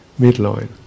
midline